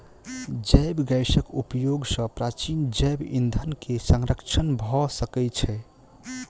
जैव गैसक उपयोग सॅ प्राचीन जैव ईंधन के संरक्षण भ सकै छै